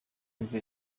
nibwo